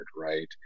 right